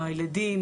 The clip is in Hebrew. הילדים,